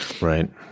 Right